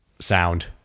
sound